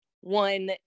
one